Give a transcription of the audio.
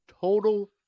total